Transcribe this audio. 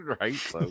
right